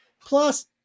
Plus